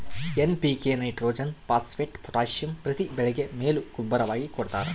NPK nitrogen phosphate potassium ಪ್ರತಿ ಬೆಳೆಗೆ ಮೇಲು ಗೂಬ್ಬರವಾಗಿ ಕೊಡ್ತಾರ